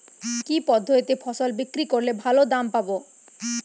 কি পদ্ধতিতে ফসল বিক্রি করলে ভালো দাম পাব?